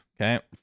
Okay